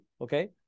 Okay